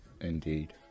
Indeed